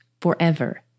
forever